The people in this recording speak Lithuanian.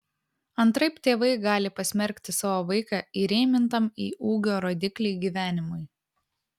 antraip tėvai gali pasmerkti savo vaiką įrėmintam į ūgio rodiklį gyvenimui